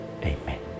Amen